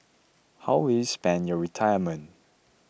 how will you spend your retirement